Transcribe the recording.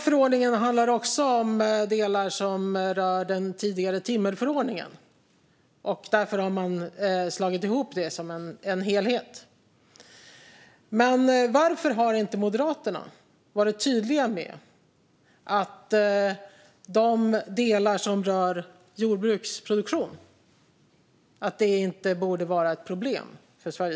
Förordningen handlar också om delar som rör den tidigare timmerförordningen. Därför har man slagit ihop det till en helhet. Men varför har inte Moderaterna varit tydliga med att de delar som rör jordbruksproduktion inte borde vara ett problem för Sverige?